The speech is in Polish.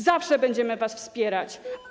Zawsze będziemy was wspierać.